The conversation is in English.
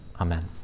Amen